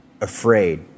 Afraid